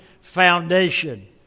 foundation